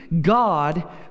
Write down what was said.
God